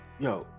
yo